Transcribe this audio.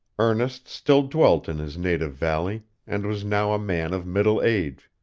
ernest still dwelt in his native valley, and was now a man of middle age.